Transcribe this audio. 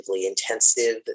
intensive